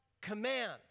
command